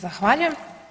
Zahvaljujem.